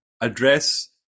address